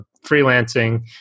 freelancing